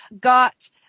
got